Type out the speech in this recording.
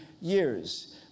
years